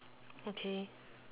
okay